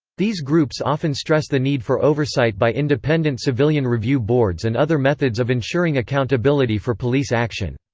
these groups often stress the need for oversight by independent civilian review boards and other methods of ensuring accountability for police action.